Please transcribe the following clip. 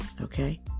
okay